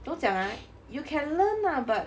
这么讲 ah you can learn lah but